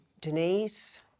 Denise